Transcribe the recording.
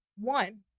One